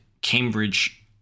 Cambridge